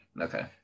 Okay